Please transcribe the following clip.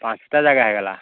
ପାଞ୍ଚଟା ଯାଗା ହେଇଗଲା